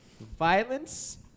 violence